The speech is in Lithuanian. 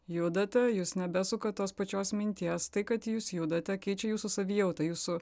judate jūs nebesukat tos pačios minties tai kad jūs judate keičia jūsų savijautą jūsų